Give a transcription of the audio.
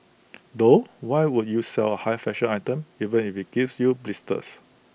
though why would you sell A high fashion item even if IT gives you blisters